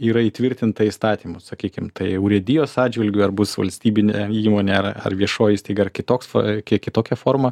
yra įtvirtinta įstatymu sakykim tai urėdijos atžvilgiu ar bus valstybinė įmonė ar ar viešoji įstaiga ar kitoks kiek kitokia forma